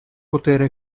potere